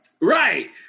right